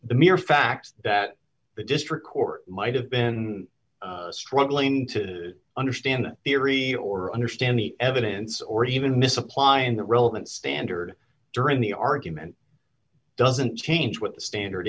the mere fact that the district court might have been struggling to understand theory or understand the evidence or even misapplying the relevant standard during the argument doesn't change what the standard